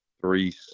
three